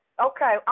Okay